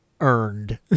earned